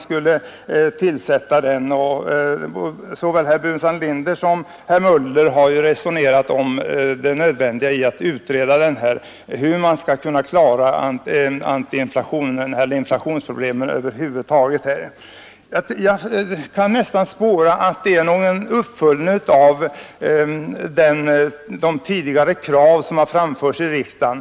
Såväl herr Burenstam Linder som herr Möller har resonerat om det nödvändiga i en utredning samt hur man skall kunna klara inflationsproblemen över huvud taget. Jag tycker mig kunna spåra en uppföljning av tidigare krav i riksdagen.